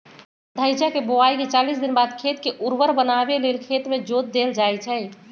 धइचा के बोआइके चालीस दिनबाद खेत के उर्वर बनावे लेल खेत में जोत देल जइछइ